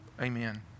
Amen